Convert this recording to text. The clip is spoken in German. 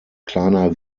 kleiner